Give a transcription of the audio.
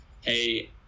hey